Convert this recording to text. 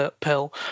pill